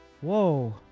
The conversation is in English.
Whoa